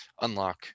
unlock